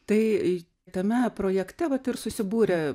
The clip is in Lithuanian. tai tame projekte vat ir susibūrė